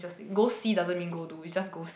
go see doesn't mean go do is just go see